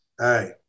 Hey